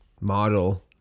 model